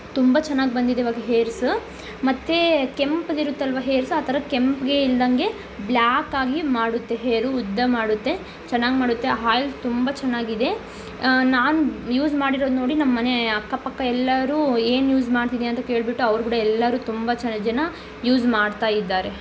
ತುಂಬ ಚೆನ್ನಾಗಿ ಬಂದಿದೆ ಇವಾಗ ಹೇರ್ಸ ಮತ್ತು ಕೆಂಪಗೆ ಇರುತ್ತಲ್ವಾ ಹೇರ್ಸ್ ಆ ಥರ ಕೆಂಪಗೇ ಇಲ್ಲದಂಗೇ ಬ್ಲ್ಯಾಕಾಗಿ ಮಾಡುತ್ತೆ ಹೇರು ಉದ್ದ ಮಾಡುತ್ತೆ ಚೆನ್ನಾಗಿ ಮಾಡುತ್ತೆ ಹಾಯಿಲ್ ತುಂಬ ಚೆನ್ನಾಗಿದೆ ನಾನು ಯೂಸ್ ಮಾಡಿರೋದು ನೋಡಿ ನಮ್ಮ ಮನೆಯ ಅಕ್ಕಪಕ್ಕ ಎಲ್ಲರೂ ಏನು ಯೂಸ್ ಮಾಡ್ತಿದ್ದೀಯಾ ಅಂತ ಕೇಳಿಬಿಟ್ಟು ಅವರು ಕೂಡ ಎಲ್ಲರೂ ತುಂಬ ಚ ಜನ ಯೂಸ್ ಮಾಡ್ತಾ ಇದ್ದಾರೆ